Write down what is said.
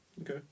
Okay